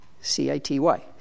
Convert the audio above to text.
C-I-T-Y